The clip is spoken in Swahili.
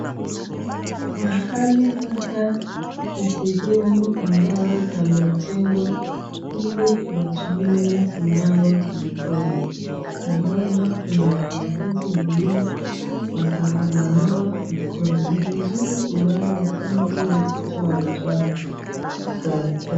Mahali hapa ni sehemu ambao pamejengwa ili watumie kunawa mkono. Tunaona kuna wanafuzi wawili wananawa mkono. Ni vizuri kunawa mkono ili kutoa uchafu kwa mkono.